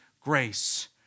grace